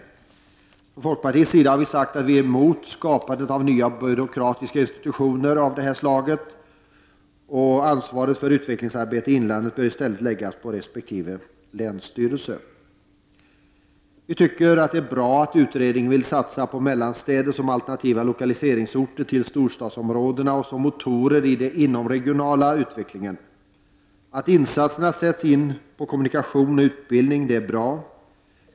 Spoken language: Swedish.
Från folkpartiets sida har vi sagt att vi är emot skapandet av nya byråkratiska institutioner av detta slag. Ansvaret för utvecklingsarbetet i Inlandet bör i stället läggas på resp. länsstyrelse. Vi tycker att det är bra att utredningen vill satsa på mellanstäderna som alternativa lokaliseringsorter i förhållande till storstadsområdena och som motorer i den inomregionala utvecklingen. Att insatserna sätts in på kommunikationer och utbildning är bra.